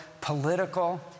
political